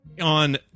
on